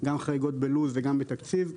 גם חריגות בלו"ז וגם בתקציב.